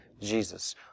Jesus